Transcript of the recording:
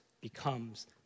becomes